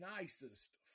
nicest